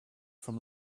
from